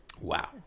Wow